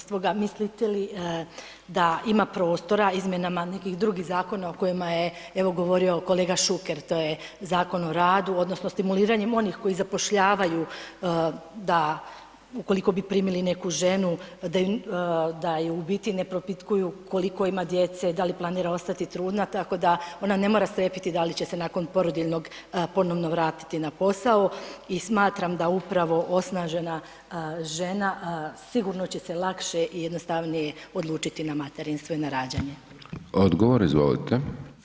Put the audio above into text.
Stoga, mislite li da ima prostora izmjenama nekih drugih zakona o kojima je evo govorio kolega Šuker, to je Zakon o radu odnosno stimuliranjem onih koji zapošljavaju da ukoliko bi primili neku ženu da ju, da ju u biti ne propitkuju koliko ima djece, da li planira ostati trudna, tako da ona ne mora strepiti da li će se nakon porodiljnog ponovno vratiti na posao i smatram da upravo osnažena žena sigurno će se lakše i jednostavnije odlučiti na materinstvo i na rađanje.